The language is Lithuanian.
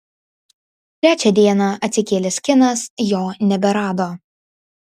trečią dieną atsikėlęs kinas jo neberado